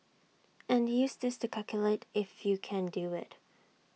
and use this to calculate if you can do IT